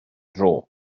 dro